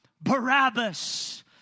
Barabbas